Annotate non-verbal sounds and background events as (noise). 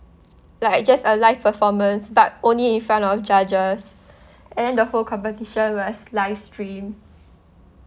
like just a live performance but only in front of judges (breath) and then the whole competition was livestreamed